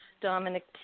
Dominic